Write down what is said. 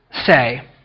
say